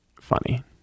funny